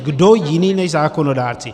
Kdo jiný než zákonodárci?